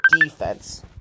defense